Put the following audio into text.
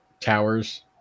towers